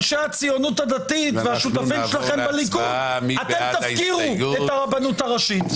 אנשי הציונות הדתית והשותפים שלכם בליכוד תפקירו את הרבנות הראשית.